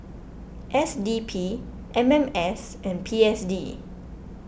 S D P M M S and P S D